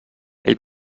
ell